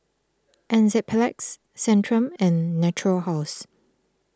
Enzyplex Centrum and Natura House